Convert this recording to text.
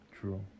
true